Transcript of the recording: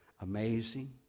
Amazing